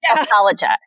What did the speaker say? Apologize